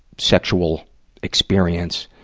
sexual experience,